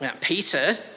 Peter